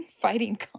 fighting